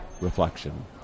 reflection